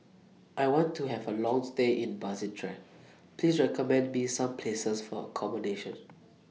I want to Have A Long stay in Basseterre Please recommend Me Some Places For accommodation